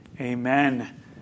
Amen